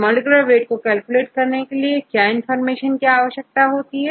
molecular weight को calculate करने के लिए क्या इंफॉर्मेशन की आवश्यकता पड़ेगी